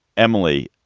emily,